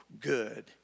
good